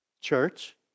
church